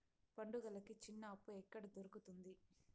పండుగలకి చిన్న అప్పు ఎక్కడ దొరుకుతుంది